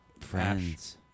Friends